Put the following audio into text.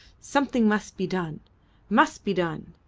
something must be done must be done.